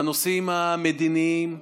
בנושאים המדיניים,